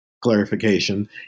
Clarification